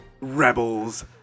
Rebels